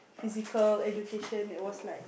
physical education it was like